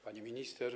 Pani Minister!